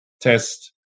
test